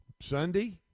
Sunday